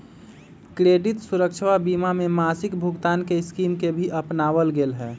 credit सुरक्षवा बीमा में मासिक भुगतान के स्कीम के भी अपनावल गैले है